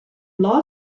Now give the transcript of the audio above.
law